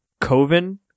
coven